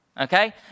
okay